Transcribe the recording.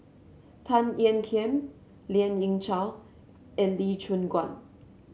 Tan Ean Kiam Lien Ying Chow and Lee Choon Guan